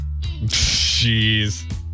Jeez